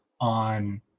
on